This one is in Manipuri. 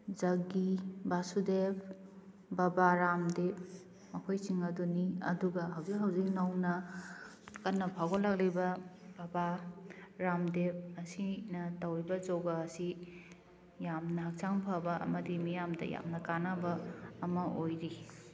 ꯖꯥꯒꯤ ꯕꯥꯁꯨꯗꯦꯕ ꯕꯥꯕꯥ ꯔꯥꯝꯗꯤꯞ ꯃꯈꯣꯏꯁꯤꯡ ꯑꯗꯨꯅꯤ ꯑꯗꯨꯒ ꯍꯧꯖꯤꯛ ꯍꯧꯖꯤꯛ ꯅꯧꯅ ꯀꯟꯅ ꯐꯥꯎꯒꯠꯂꯛꯂꯤꯕ ꯕꯥꯕꯥ ꯔꯥꯝ ꯗꯦꯕ ꯑꯁꯤꯅ ꯇꯧꯔꯤꯕ ꯌꯣꯒꯥ ꯑꯁꯤ ꯌꯥꯝꯅ ꯍꯛꯆꯥꯡ ꯐꯕ ꯑꯃꯗꯤ ꯃꯤꯌꯥꯝꯗ ꯌꯥꯝꯅ ꯀꯥꯟꯅꯕ ꯑꯃ ꯑꯣꯏꯔꯤ